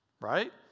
right